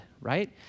right